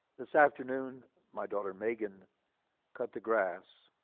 this afternoon my daughter megan cut the grass.